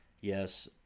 yes